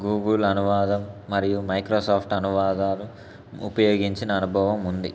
Google అనువాదం మరియు Microsoft అనువాదాలు ఉపయోగించిన అనుభవం ఉంది